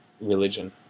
religion